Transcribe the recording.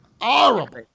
horrible